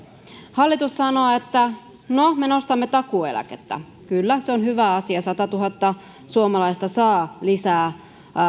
hallitus sanoo että no me nostamme takuueläkettä kyllä se on hyvä asia satatuhatta suomalaista saa lisää